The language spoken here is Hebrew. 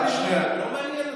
רק שנייה.